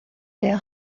der